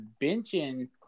benching